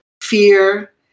fear